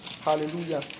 Hallelujah